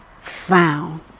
found